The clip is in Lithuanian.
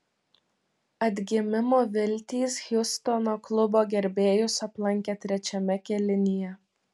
atgimimo viltys hjustono klubo gerbėjus aplankė trečiame kėlinyje